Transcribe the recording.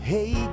Hey